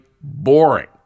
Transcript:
boring